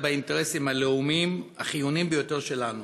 באינטרסים הלאומיים החיוניים ביותר שלנו.